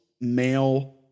male